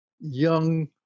young